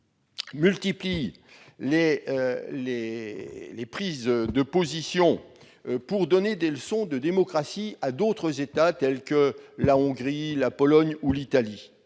multiplie les prises de position pour donner des leçons de démocratie à d'autres États de l'Union européenne tels que la Hongrie, la Pologne ou l'Italie.